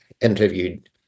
interviewed